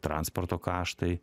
transporto kaštai